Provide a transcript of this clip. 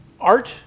art